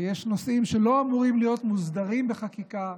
ויש נושאים שלא אמורים להיות מוסדרים בחקיקה.